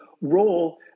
role